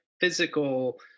physical